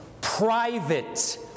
private